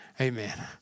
Amen